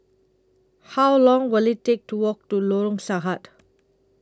How Long Will IT Take to Walk to Lorong Sahad